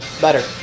Better